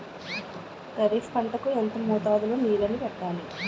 ఖరిఫ్ పంట కు ఎంత మోతాదులో నీళ్ళని పెట్టాలి?